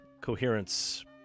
Coherence